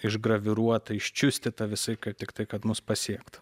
išgraviruota iščiustyta visaip kad tiktai kad mus pasiektų